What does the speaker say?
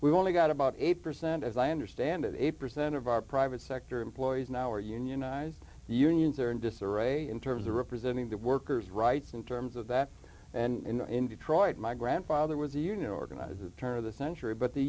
we only got about eight percent as i understand that eight percent of our private sector employees now are unionized unions are in disarray in terms of representing the workers rights in terms of that and in detroit my grandfather was a union organizer turn of the century but the